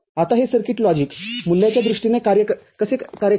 आता हे circuit logic मुल्याच्या दृष्टीने कसे कार्य करते